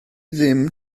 ddim